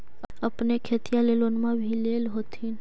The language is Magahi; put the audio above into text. अपने खेतिया ले लोनमा भी ले होत्थिन?